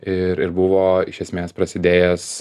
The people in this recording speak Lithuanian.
ir ir buvo iš esmės prasidėjęs